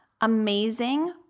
amazing